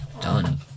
done